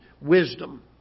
wisdom